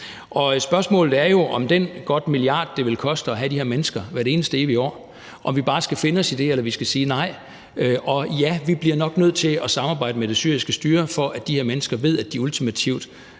vi bare skal finde os i den godt 1 mia. kr., det vil koste at have de her mennesker her hvert evig eneste år, eller om vi skal sige nej. Og ja, vi bliver nok nødt til at samarbejde med det syriske styre, så de her mennesker ved, at de ultimativt